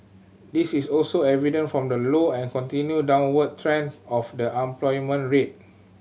this is also evident from the low and continued downward trend of the unemployment rate